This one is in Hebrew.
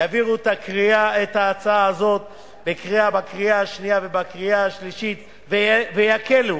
יעבירו את ההצעה הזאת בקריאה השנייה ובקריאה השלישית ויקלו,